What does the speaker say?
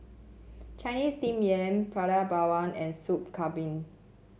Chinese Steamed Yam Prata Bawang and Soup Kambing